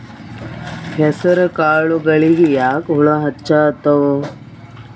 ಹೆಸರ ಕಾಳುಗಳಿಗಿ ಯಾಕ ಹುಳ ಹೆಚ್ಚಾತವ?